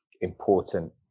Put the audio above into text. important